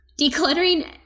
Decluttering